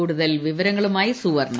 കൂടുതൽ വിവരങ്ങളുമായി സുവർണ്ണ